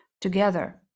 together